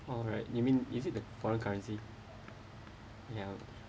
alright you mean is it the foreign currency ya